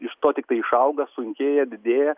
iš to tiktai išauga sunkėja didėja